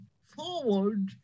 forward